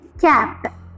cap